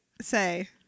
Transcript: say